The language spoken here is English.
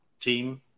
team